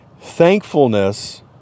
Thankfulness